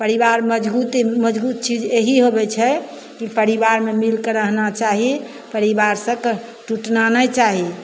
परिवार मजगूती मजगूत चीज एहि होबै छै कि परिवारमे मिलिके रहना चाही परिवारसे कि टुटना नहि चाही